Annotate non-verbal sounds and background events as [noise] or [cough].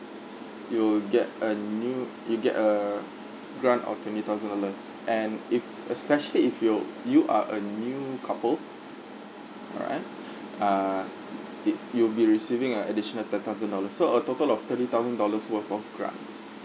you'll get a new you get a grant of twenty thousand dollars and if especially if you you are a new couple alright [breath] ah i~ it you'll be receiving a additional ten thousand dollars so a total of thirty thousand dollars worth of grants